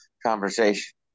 conversation